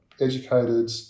educated